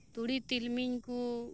ᱛᱩᱲᱤ ᱛᱤᱞᱢᱤᱧ ᱠᱚ